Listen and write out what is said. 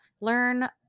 learn